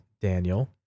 Daniel